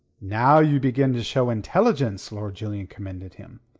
now you begin to show intelligence, lord julian commended him.